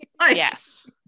Yes